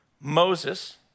Moses